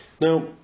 Now